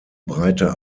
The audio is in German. breite